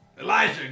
Elijah